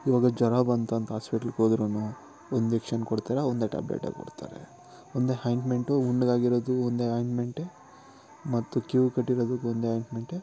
ಇವಾಗ ಜ್ವರ ಬಂತಂತ ಆಸ್ಪಿಟ್ಲಿಗೆ ಹೋದ್ರುನು ಒಂದು ಇಂಜಕ್ಷನ್ ಕೊಡ್ತಾರೆ ಒಂದೇ ಟ್ಯಾಬ್ಲೆಟೇ ಕೊಡ್ತಾರೆ ಒಂದೇ ಹಾಯಿಂಟ್ಮೆಂಟು ಉಂಡಗ್ ಆಗಿರೋದು ಒಂದೇ ಆಯಿಂಟ್ಮೆಂಟೇ ಮತ್ತು ಕೀವು ಕಟ್ಟಿರೋದಕ್ಕೂ ಒಂದೇ ಆಯಿಂಟ್ಮೆಂಟೇ